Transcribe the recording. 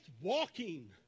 walking